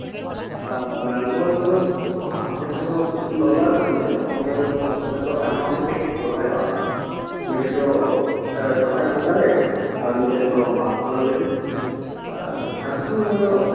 ᱵᱮᱝᱜᱚᱞ ᱨᱮᱫᱚ ᱦᱟᱸᱜ ᱡᱟᱦᱟᱸᱫᱚ ᱯᱚᱪᱷᱤᱢ ᱵᱟᱝᱞᱟ ᱨᱮᱠᱚ ᱞᱟᱹᱭᱟ ᱚᱸᱰᱮ ᱫᱚ ᱚᱸᱰᱮ ᱫᱚ ᱟᱭᱢᱟ ᱛᱮᱠᱷᱟᱨ ᱛᱮᱠᱚ ᱥᱚᱨᱦᱟᱭᱚᱜᱼᱟ ᱢᱤᱫᱴᱮᱡ ᱫᱚ ᱥᱚᱨᱦᱟᱭ ᱵᱚᱸᱜᱟ ᱨᱮ ᱟᱨ ᱢᱤᱫᱴᱮᱱ ᱫᱚ ᱢᱟᱜᱽ ᱠᱩᱱᱟᱹᱢᱤ ᱨᱮ ᱟᱨ ᱡᱷᱟᱲᱠᱷᱚᱸᱰ ᱨᱮᱫᱚ